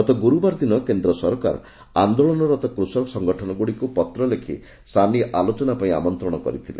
ଗତ ଗୁରୁବାର ଦିନ କେନ୍ଦ୍ର ସରକାର ଆନ୍ଦୋଳନରତ କୃଷକ ସଙ୍ଗଠନଗୁଡ଼ିକୁ ପତ୍ର ଲେଖି ସାନି ଆଲୋଚନା ପାଇଁ ଆମନ୍ତ୍ରଣ କରିଥିଲେ